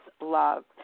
love